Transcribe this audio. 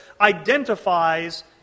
identifies